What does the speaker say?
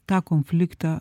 tą konfliktą